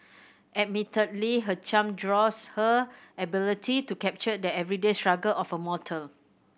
admittedly her charm draws her ability to capture the everyday struggle of a mortal